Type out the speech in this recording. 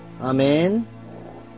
Amen